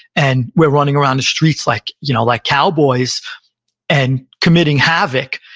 and we're running around the streets like you know like cowboys and committing havoc.